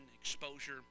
exposure